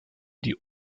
die